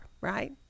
right